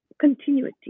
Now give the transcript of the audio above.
continuity